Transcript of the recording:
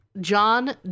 john